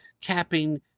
capping